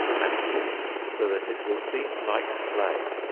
and taught so that it will seem like play,